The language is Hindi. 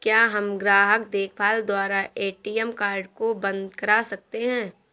क्या हम ग्राहक देखभाल द्वारा ए.टी.एम कार्ड को बंद करा सकते हैं?